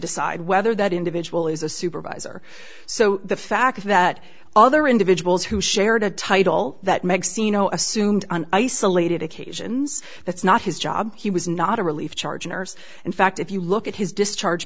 decide whether that individual is a supervisor so the fact that other individuals who shared a title that makes ino assumed an isolated occasions that's not his job he was not a relief charge nurse in fact if you look at his discharge